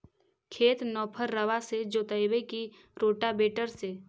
खेत नौफरबा से जोतइबै की रोटावेटर से?